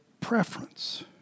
preference